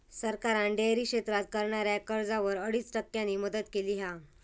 सरकारान डेअरी क्षेत्रात करणाऱ्याक कर्जावर अडीच टक्क्यांची मदत केली हा